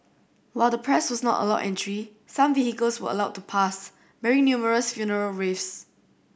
while the press was not allowed entry some vehicles were allowed to pass bearing numerous funeral wreaths